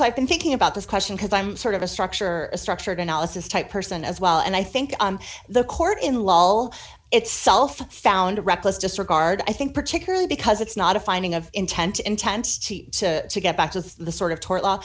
guess i've been thinking about this question because i'm sort of a structure a structured analysis type person as well and i think the court in law will itself found reckless disregard i think particularly because it's not a finding of intent intent to get back to the sort of tort law